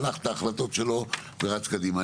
שלח את ההחלטות שלו ורץ קדימה.